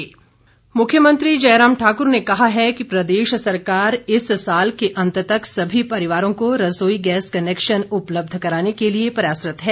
प्रश्नकाल मुख्यमंत्री जयराम ठाकुर ने कहा है कि प्रदेश सरकार इस साल के अंत तक सभी परिवारों को रसोई गैस कुनैक्शन उपलब्ध कराने के लिए प्रयासरत है